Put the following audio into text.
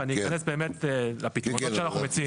ואני אכנס באמת לפתרונות שאנחנו מציעים.